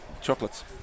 chocolates